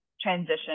transition